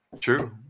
True